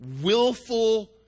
willful